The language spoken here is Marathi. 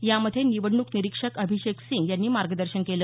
यामध्ये निवडणूक निरीक्षक अभिषेक सिंग यांनी मार्गदर्शन केलं